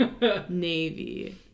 navy